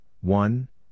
one